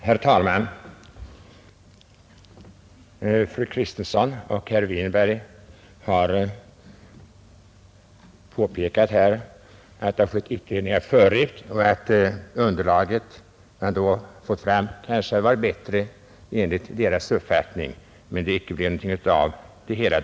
Herr talman! Fru Kristensson och herr Winberg har påpekat att det har skett utredningar förut och att det underlag man då fick fram kanske var bättre, enligt deras uppfattning, men att det icke blev någonting av det hela.